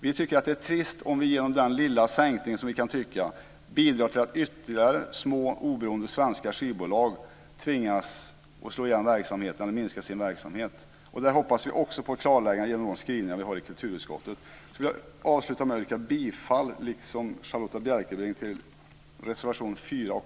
Vi tycker att det är trist om vi genom den, som vi kan tycka, lilla sänkningen bidrar till att ytterligare små oberoende svenska skivbolag tvingas att slå igen verksamheten eller minska sin verksamhet. Där hoppas vi också på klarlägganden genom skrivningarna i kulturutskottet. Avslutningsvis yrkar jag, liksom Charlotta L